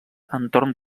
entorn